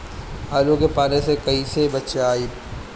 आलु के पाला से कईसे बचाईब?